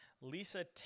Lisa